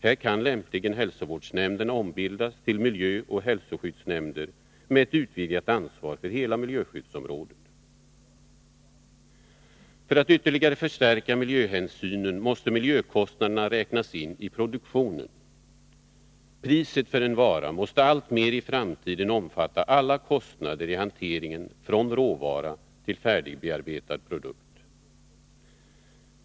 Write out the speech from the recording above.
Här kan lämpligen hälsovårdsnämnderna ombildas till miljöoch hälsoskyddsnämn der med ett utvidgat ansvar för hela miljöskyddsområdet. För att ytterligare förstärka miljöhänsynen måste miljökostnaderna räknas in i produktionen. Priset för en vara måste i framtiden alltmer omfatta alla kostnader i hanteringen från råvara till färdigbearbetad produkt.